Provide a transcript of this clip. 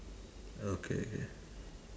okay K